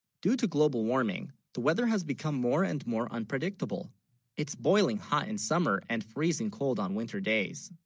due to global warming the weather has become more and more unpredictable it's boiling hot in summer and freezing cold on winter days